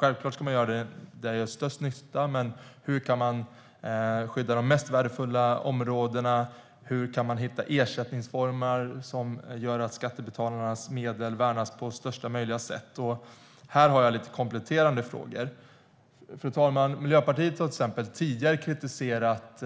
Självklart ska man göra det där det gör störst nytta, men hur kan man skydda de mest värdefulla områdena och hur kan man hitta ersättningsformer som gör att skattebetalarnas medel värnas på bästa möjliga sätt? Här har jag lite kompletterande frågor. Fru talman! Miljöpartiet har tidigare kritiserat